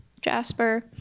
Jasper